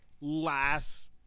last